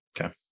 Okay